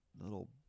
little